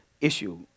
issue